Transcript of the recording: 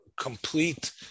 complete